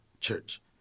church